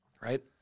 Right